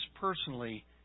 personally